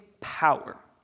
power